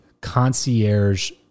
concierge